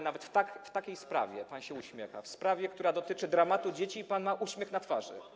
Nawet w takiej sprawie pan się uśmiecha, w sprawie, która dotyczy dramatu dzieci, pan ma uśmiech na twarzy.